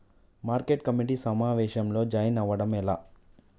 Market committee సమావేశంలో join అవ్వడం ఎలా?